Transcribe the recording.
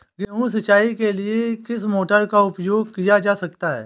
गेहूँ सिंचाई के लिए किस मोटर का उपयोग किया जा सकता है?